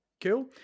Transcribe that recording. Cool